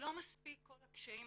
שלא מספיק כל הקשיים,